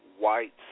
whites